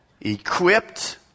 equipped